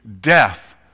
Death